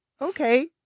Okay